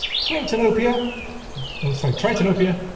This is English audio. protanopia sorry, tritanopia,